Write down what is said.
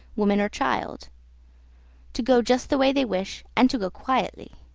woman or child to go just the way they wish, and to go quietly.